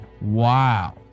Wow